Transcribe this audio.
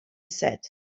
said